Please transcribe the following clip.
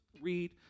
read